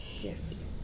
Yes